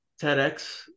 TEDx